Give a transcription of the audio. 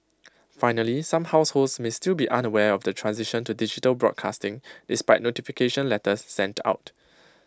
finally some households may still be unaware of the transition to digital broadcasting despite notification letters sent out